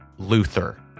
luther